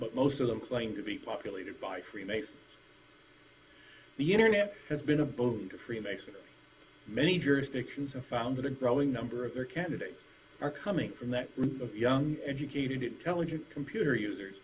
and most of them claim to be populated by freemason the internet has been a boon to freemason many jurisdictions and founded a growing number of their candidates are coming from that group of young educated intelligent computer users